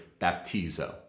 baptizo